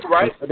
Right